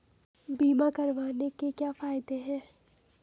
बीमा करवाने के क्या फायदे हैं?